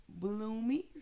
Bloomies